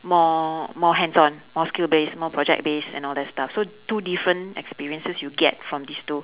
more more hands on more skill based more project based and all that stuff so two different experiences you get from these two